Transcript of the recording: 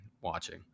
watching